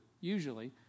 usually